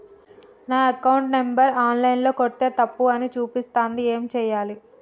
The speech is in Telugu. నా అకౌంట్ నంబర్ ఆన్ లైన్ ల కొడ్తే తప్పు అని చూపిస్తాంది ఏం చేయాలి?